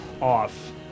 off